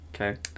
Okay